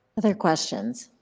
other questions?